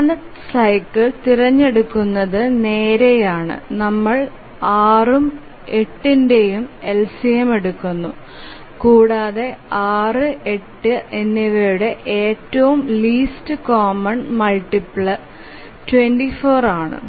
പ്രധാന സൈക്കിൾ തിരഞ്ഞെടുക്കുന്നത് നേരെയാണ് നമ്മൾ 6 ഉം 8 ഇന്ടെയും LCM എടുക്കുന്നു കൂടാതെ 6 8 എന്നിവയുടെ ഏറ്റവും ലീസ്റ്റ് കോമൺ മൾട്ടിപ്ലെ 24 ആണ്